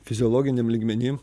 fiziologiniam lygmeny